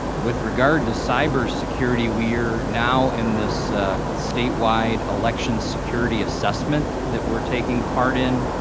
with regard to cybersecurity, we are now in this statewide election security assessment that we're taking part in,